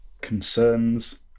concerns